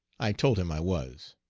i told him i was.